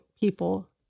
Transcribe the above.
people